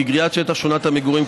כי גריעת שטח שכונת המגורים,